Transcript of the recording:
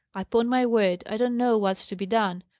upon my word, i don't know what's to be done,